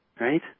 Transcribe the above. Right